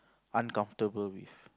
uncomfortable with